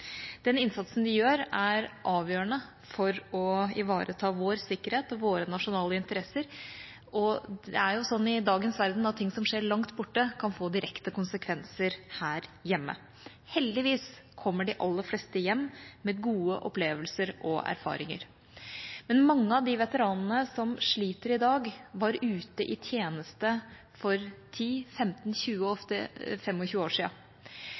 Den innsatsen de gjør, er avgjørende for å ivareta vår sikkerhet og våre nasjonale interesser, og det er jo sånn i dagens verden at ting som skjer langt borte, kan få direkte konsekvenser her hjemme. Heldigvis kommer de aller fleste hjem med gode opplevelser og erfaringer, men mange av de veteranene som sliter i dag, var ute i tjeneste for 10, 15, 20, ofte 25 år